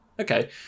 Okay